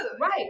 Right